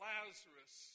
Lazarus